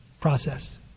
process